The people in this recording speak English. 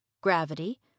gravity